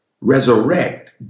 resurrect